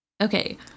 okay